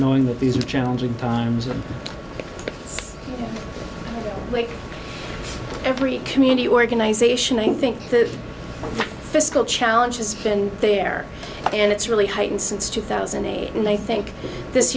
knowing that these are challenging times and like every community organization i think the fiscal challenges been there and it's really heightened since two thousand and eight and i think this